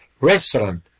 restaurant